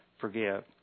forgive